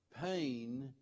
Pain